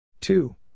Two